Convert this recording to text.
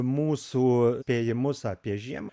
mūsų pėjimus apie žiem